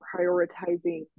prioritizing